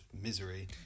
misery